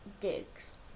gigs